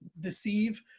deceive